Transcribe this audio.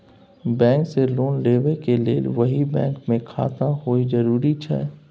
Bank से loan लेबै के लेल वही बैंक मे खाता होय जरुरी छै?